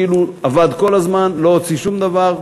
כאילו הוא עבד כל הזמן ולא הוציא שום דבר,